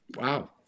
Wow